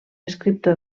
escriptor